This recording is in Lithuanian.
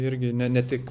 irgi ne ne tik